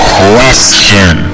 question